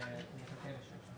נתקן לשש שנים.